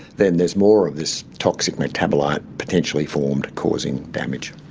then there's more of this toxic metabolite potentially formed, causing damage.